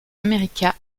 america